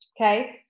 Okay